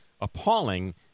appalling